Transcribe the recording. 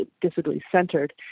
disability-centered